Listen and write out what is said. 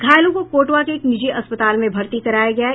घायलों को कोटवा के एक निजी अस्पताल में भर्ती कराया गया है